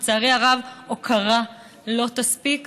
לצערי הרב הוקרה לא תספיק.